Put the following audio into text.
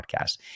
podcast